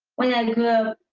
when i grow up.